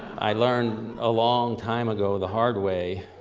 i learned a long time ago, the hard way,